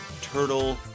Turtle